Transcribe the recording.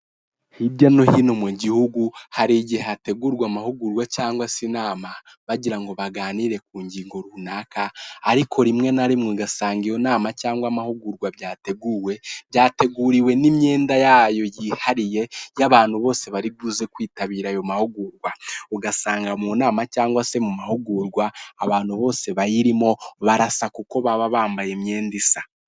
Hirya no hino mu gihugu hari igihe hategurwa amahugurwa cyangwa se inama bagira ngo baganire ku ngingo runaka ariko rimwe na rimwe ugasanga iyo nama cyangwa amahugurwa byateguwe, byateguriwe n'imyenda yayo yihariye y'abantu bose bari buze kwitabira ayo mahugurwa, ugasanga mu nama cyangwa se mu mahugurwa abantu bose bayirimo barasa kuko baba bambaye imyenda isa.